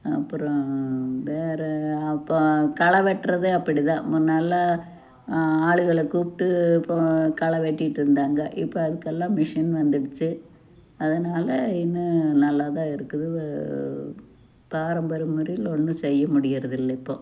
அப்புறம் வேறு அப்போ களை வெட்டுறது அப்படி தான் முன்னெல்லாம் ஆளுகளை கூப்பிட்டு இப்போ களை வெட்டிகிட்ருந்தாங்க இப்போ அதுக்கெல்லாம் மிஷின் வந்துடுச்சு அதனால இன்னும் நல்லா தான் இருக்குது பாரம்பரிய முறையில் ஒன்றும் செய்ய முடிகிறது இல்லை இப்போது